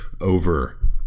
over